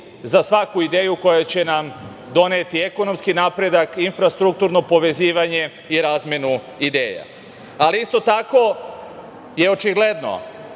za svaku ideju koja će nam doneti ekonomski napredak, infrastrukturno povezivanje i razmenu ideju. Isto tako, očigledno